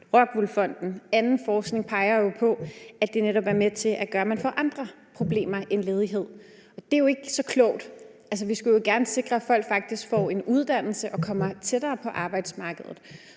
på – og anden forskning viser det samme – at det netop er med til at gøre, at man får andre problemer end ledighed. Det er jo ikke så klogt. Vi skulle gerne sikre, at folk faktisk får en uddannelse og kommer tættere på arbejdsmarkedet.